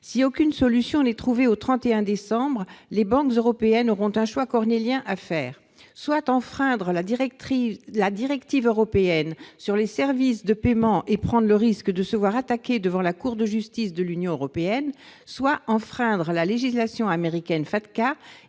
Si aucune solution n'est trouvée au 31 décembre, les banques européennes auront un choix cornélien à faire : soit enfreindre la directive européenne sur les services de paiement et prendre le risque de se voir attaquer devant la Cour de justice de l'Union européenne, soit enfreindre la législation américaine Fatca